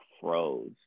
froze